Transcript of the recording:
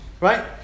right